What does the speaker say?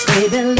Baby